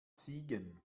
ziegen